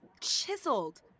Chiseled